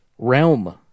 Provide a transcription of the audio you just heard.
realm